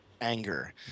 anger